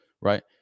right